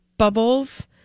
bubbles